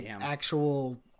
actual